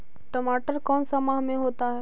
टमाटर कौन सा माह में होता है?